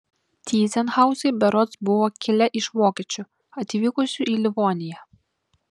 tyzenhauzai berods buvo kilę iš vokiečių atvykusių į livoniją